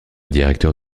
directeur